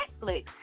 netflix